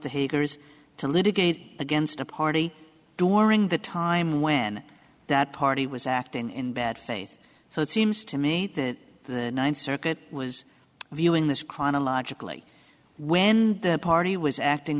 haters to litigate against a party during the time when that party was acting in bad faith so it seems to me that the ninth circuit was viewing this chronologically when the party was acting